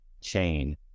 chain